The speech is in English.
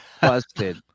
Busted